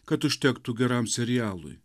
kad užtektų geram serialui